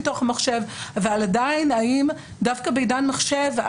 אבל דווקא בעידן מחשב,